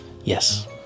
Yes